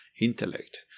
intellect